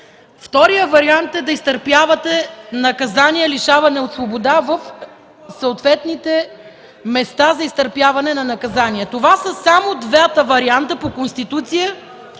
Вторият вариант е да изтърпявате наказание „лишаване от свобода” в съответните места за изтърпяване на наказание. Това са само двата варианта по Конституция